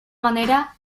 manera